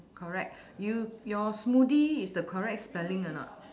correct you your smoothie is the correct spelling a not